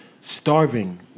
starving